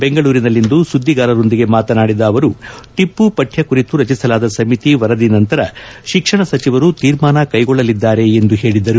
ಬೆಂಗಳೂರಿನಲ್ಲಿಂದು ಸುದ್ದಿಗಾರರೊಂದಿಗೆ ಮಾತನಾಡಿದ ಅವರು ಟಿಪ್ಪು ಪಠ್ಹ ಕುರಿತು ರಚಿಸಲಾದ ಸಮಿತಿ ವರದಿ ನಂತರ ಶಿಕ್ಷಣ ಸಚಿವರು ತೀರ್ಮಾನ ಕೈಗೊಳ್ಳಲಿದ್ದಾರೆ ಎಂದು ಹೇಳಿದರು